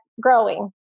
growing